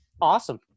awesome